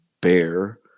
bear